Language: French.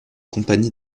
compagnies